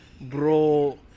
Bro